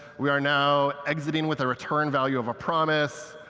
we are now exiting with a return value of a promise.